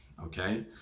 okay